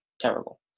terrible